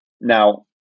Now